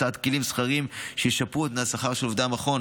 הקצאת כלי שכר שישפרו את תנאי השכר של עובדי המכון,